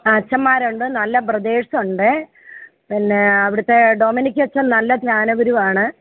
അച്ഛമ്മാരുണ്ട് നല്ല ബ്രദേഴ്സ ഉണ്ട് പിന്നെ അവിടത്തെ ഡൊമിനിക് അച്ഛന് നല്ല ജ്ഞാനഗുരു ആണ്